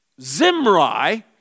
Zimri